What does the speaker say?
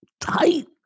tight